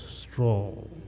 strong